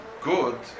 good